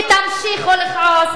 אתם כועסים ותמשיכו לכעוס,